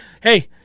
Hey